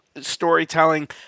storytelling